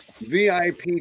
VIP